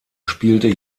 spielte